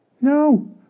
No